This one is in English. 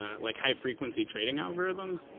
ah like, high frequency trading algorithms.